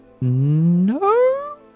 No